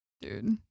dude